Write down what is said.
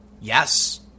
Yes